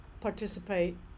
participate